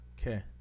Okay